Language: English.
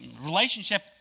relationship